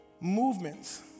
movements